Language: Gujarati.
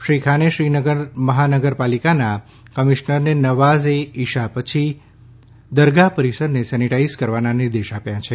શ્રી ખાને શ્રીનગર મહાનગરપાલિકાના કમિશનરને નવાઝ એ ઈશા પછી દરગાહ પરિસરને સેનિટાઈઝેશન કરવાના નિર્દેશ આપ્યા છે